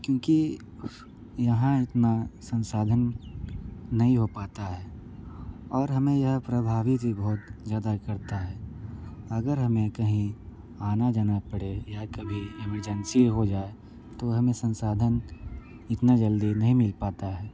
क्योंकि यहाँ इतना संसाधन नहीं हो पाता है और हमें यह प्रभाव भी बहुत ज़्यादा करता है अगर हमें कहीं आना जाना पड़े या कभी इमरजेंसी हो जाए तो हमें संसाधन इतना जल्दी नहीं मिल पाता है